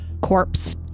Corpse